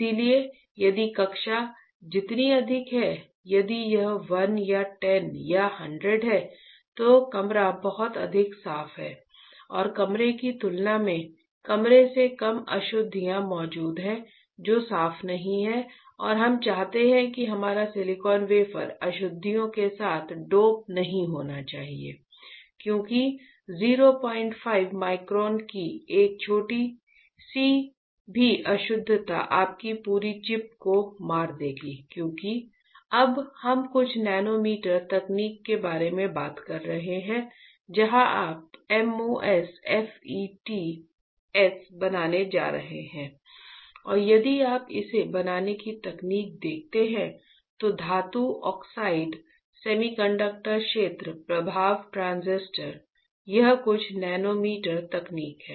इसलिए यदि कक्षा जितनी अधिक है यदि यह 1 या 10 या 100 है तो कमरा बहुत अधिक साफ है और कमरे की तुलना में कमरे में कम अशुद्धियाँ मौजूद हैं जो साफ नहीं हैं और हम चाहते हैं कि हमारा सिलिकॉन वेफर अशुद्धियों के साथ डोप नहीं होना चाहिए क्योंकि 05 माइक्रोन की एक छोटी सी भी अशुद्धता आपकी पूरी चिप को मार देगी क्योंकि अब हम कुछ नैनोमीटर तकनीक के बारे में बात कर रहे हैं जहाँ आप MOSFETs बनाने जा रहे हैं और यदि आप इसे बनाने की तकनीक देखते हैं धातु ऑक्साइड सेमीकंडक्टर क्षेत्र प्रभाव ट्रांजिस्टर यह कुछ नैनोमीटर तकनीक है